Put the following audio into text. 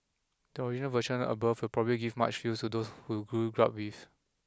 the original version above will probably give much feels to those of you who grew up with